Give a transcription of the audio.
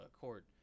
court